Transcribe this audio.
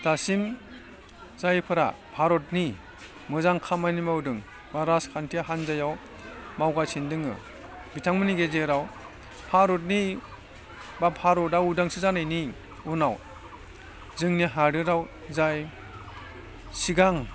दासिम जायफोरा भारतनि मोजां खामानि मावदों बा राजखान्थि हान्जायाव मावगासिनो दङ बिथांमोननि गेजेराव भारतनि बा भारता उदांस्रि जानायनि उनाव जोंनि हादोराव जाय सिगां